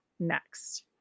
next